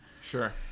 Sure